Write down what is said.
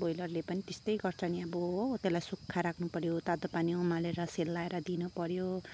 ब्रोइलरले पनि त्यस्तै गर्छ अब हो त्यसलाई सुक्खा राख्नुपऱ्यो तातो पानी उमालेर सेलाएर दिनुपऱ्यो